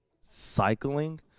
Cycling